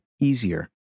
easier